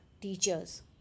teachers